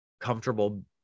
comfortable